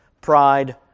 pride